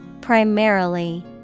primarily